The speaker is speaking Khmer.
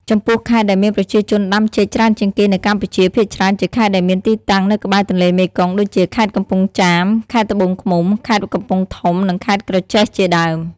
ចំពោះខេត្តដែលមានប្រជាជនដាំចេកច្រើនជាងគេនៅកម្ពុជាភាគច្រើនជាខេត្តដែលមានទីតាំងនៅក្បែរទន្លេមេគង្គ ដូចជា ខេត្តកំពង់ចាម ខេត្តត្បូងឃ្មុំ ខេត្តកំពង់ធំ និង ខេត្តក្រចេះជាដើម។